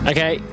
Okay